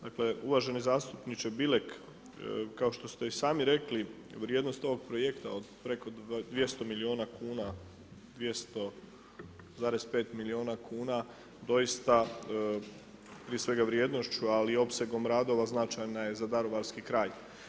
Dakle uvaženi zastupniče Bilek, kao što ste i sami rekli vrijednost ovog projekta od preko 200 milijuna kuna, 200,5 milijuna kuna doista prije svega vrijednošću ali i opsegom radova značajna je za daruvarski kraj.